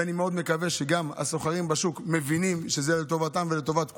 ואני מאוד מקווה שגם הסוחרים בשוק מבינים שזה לטובתם ולטובת כולנו,